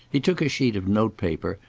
he took a sheet of note-paper,